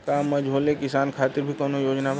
का मझोले किसान खातिर भी कौनो योजना बा?